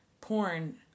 Porn